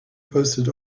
posted